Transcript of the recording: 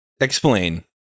Explain